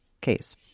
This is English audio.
case